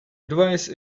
advice